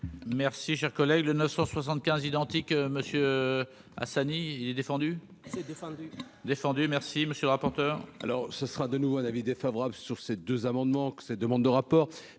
Merci, cher collègue, le 975 identique Monsieur Hassani il est défendu, c'est défendu, défendu merci, monsieur le rapporteur. Alors ce sera de nouveau un avis défavorable sur ces deux amendements que ces demandes de rapport,